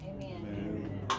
Amen